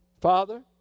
Father